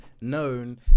known